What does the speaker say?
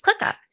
ClickUp